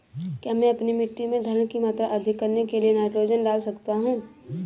क्या मैं अपनी मिट्टी में धारण की मात्रा अधिक करने के लिए नाइट्रोजन डाल सकता हूँ?